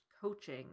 coaching